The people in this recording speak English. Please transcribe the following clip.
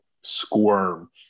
squirm